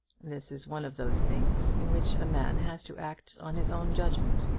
this is one of those things in which a man has to act on his own judgment.